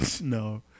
No